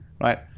right